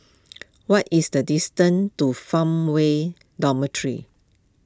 what is the distance to Farmway Dormitory